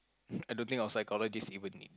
I don't think our physiologist even need